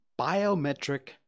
biometric